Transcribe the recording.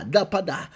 Dapada